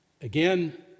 again